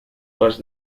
was